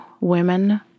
Women